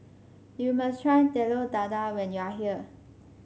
you must try Telur Dadah when you are here